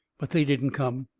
but they didn't come.